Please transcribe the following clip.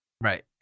right